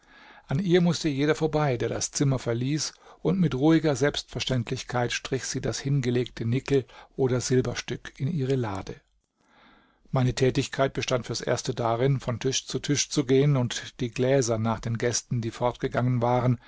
an ihr mußte jeder vorbei der das zimmer verließ und mit ruhiger selbstverständlichkeit strich sie das hingelegte nickel oder silberstück in ihre lade meine tätigkeit bestand fürs erste darin von tisch zu tisch zu gehen und die gläser nach den gästen die fortgegangen waren